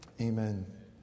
Amen